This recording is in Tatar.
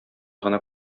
гына